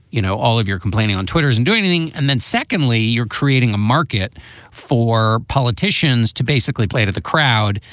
you know, all of your complaining on twitter isn't doing anything. and then secondly, you're creating a market for politicians to basically play to the crowd.